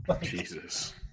Jesus